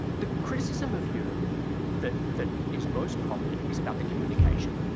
the criticism of you that that is most prominent is about the communication,